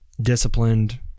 disciplined